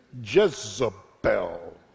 Jezebel